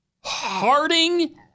Harding